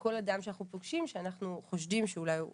כל אדם שאנחנו פוגשים, שאנחנו חושדים שאולי הוא